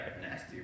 nasty